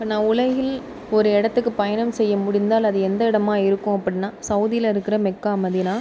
இப்போ நான் உலகில் ஒரு இடத்துக்குப் பயணம் செய்ய முடிந்தால் அது எந்த இடமா இருக்கும் அப்படின்னா சவுதியில் இருக்கிற மெக்கா மதினா